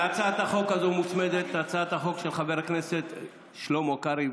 להצעת החוק הזו מוצמדת הצעת החוק של חבר הכנסת שלמה קרעי.